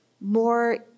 more